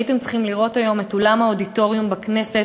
הייתם צריכים לראות היום את אולם האודיטוריום בכנסת,